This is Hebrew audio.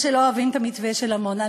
אבל כשלא אוהבים את המתווה של עמונה,